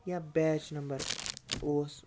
یا بیچ نَمبر اوس